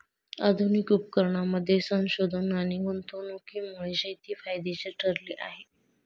आधुनिक उपकरणांमध्ये संशोधन आणि गुंतवणुकीमुळे शेती फायदेशीर ठरली आहे